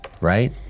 right